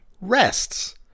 rests